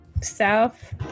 South